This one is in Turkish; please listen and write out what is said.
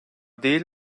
değil